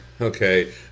Okay